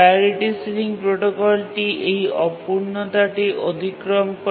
priority ceiling প্রোটোকলটি এই অপূর্ণতাটি অতিক্রম করে